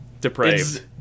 depraved